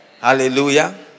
Hallelujah